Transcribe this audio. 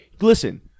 listen